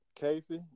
Casey